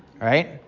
right